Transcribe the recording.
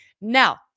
Now